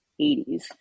80s